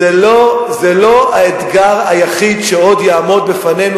זה לא האתגר היחיד שעוד יעמוד בפנינו,